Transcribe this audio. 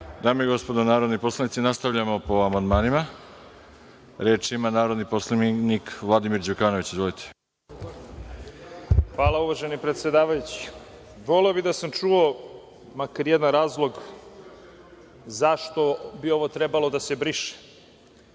Dame i gospodo narodni poslanici, nastavljamo po amandmanima. Reč ima narodni poslanik Vladimir Đukanović. Izvolite. **Vladimir Đukanović** Hvala uvaženi predsedavajući. Voleo bih da sam čuo makar jedan razlog zašto bi ovo trebalo da se briše.